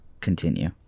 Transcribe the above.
Continue